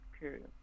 Period